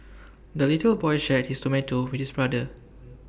the little boy shared his tomato with his brother